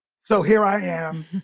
so here i am.